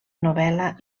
novel·la